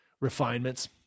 refinements